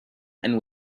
and